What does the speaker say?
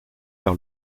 par